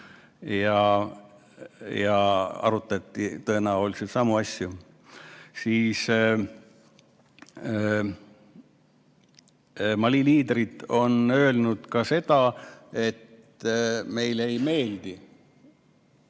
kus arutati tõenäoliselt samu asju. Mali liidrid on öelnud ka seda, et meile ei meeldi